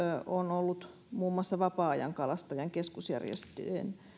on ollut muun muassa vapaa ajankalastajien keskusjärjestön